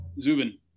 Zubin